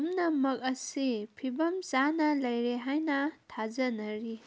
ꯄꯨꯝꯅꯃꯛ ꯑꯁꯤ ꯐꯤꯚꯝ ꯆꯥꯅ ꯂꯩꯔꯦ ꯍꯥꯏꯅ ꯊꯥꯖꯅꯔꯤ